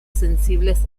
sensibles